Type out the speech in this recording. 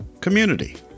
community